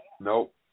Nope